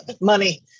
Money